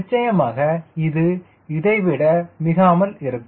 நிச்சயமாக இது இதைவிட மிகாமல் இருக்கும்